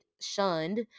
shunned